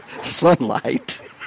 sunlight